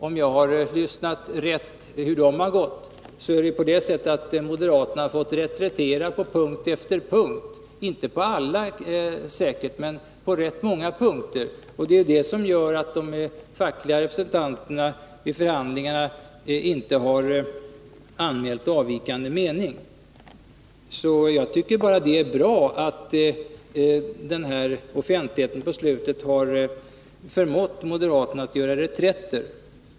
Om jag lyssnat rätt på vad jag fått höra om hur dessa förhandlingar gått, så har moderaterna fått retirera på punkt efter punkt — säkerligen inte på alla punkter, men på rätt många. Det är detta som gjort att de fackliga representanterna i förhandlingarna inte anmält avvikande mening. Jag tycker alltså att det bara är bra att den här offentligheten på slutet förmått moderaterna att göra reträtter.